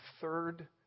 third